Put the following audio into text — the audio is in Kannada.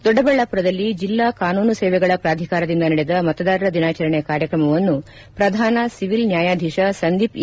ದೊಡ್ಡಬಳ್ಳಾಮರದಲ್ಲಿ ಜಿಲ್ಲಾ ಕಾನೂನು ಸೇವೆಗಳ ಪ್ರಾಧಿಕಾರದಿಂದ ನಡೆದ ಮತದಾರರ ದಿನಾಚರಣೆ ಕಾರ್ಯಕ್ರಮವನ್ನು ಪ್ರಧಾನ ಶಿವಿಲ್ ನ್ಯಾಯಾಧೀಶ ಸಂದೀಪ್ ಎ